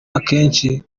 akenshi